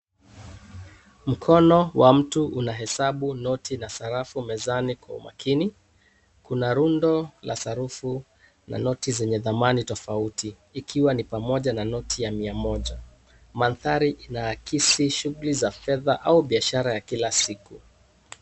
Mkono wa mtu unahesabu noti na sarafu mezani kwa umakini. Kuna rundo la sarufu na noti zenye dhamani tofauti, ikiwa ni pamoja na noti ya mia moja. Mandhari ina akisi shuguli za fedha au bishara ya kila siku.